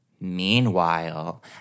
Meanwhile